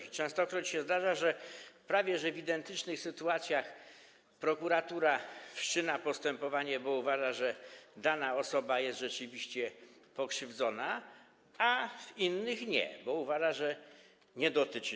I częstokroć się zdarza, że prawie w identycznych sytuacjach prokuratura wszczyna postępowanie, bo uważa, że dana osoba jest rzeczywiście pokrzywdzona, a w innych nie, bo uważa, że to jej nie dotyczy.